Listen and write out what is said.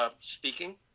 speaking